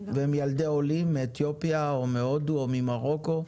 והם ילדי עולים מאתיופיה או מהודו או ממרוקו,